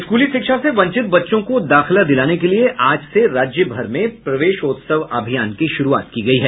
स्कूली शिक्षा से वंचित बच्चों को दाखिला दिलाने के लिये आज से राज्य भर में प्रवेशोत्सव अभियान की शुरूआत की गयी है